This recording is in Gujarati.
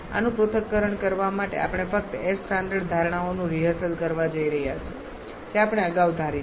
આનું પૃથ્થકરણ કરવા માટે આપણે ફક્ત એઇર સ્ટાન્ડર્ડ ધારણાઓનું રિહર્સલ કરવા જઈ રહ્યા છીએ જે આપણે અગાઉ ધારી હતી